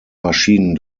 maschinen